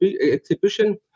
exhibition